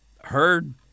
heard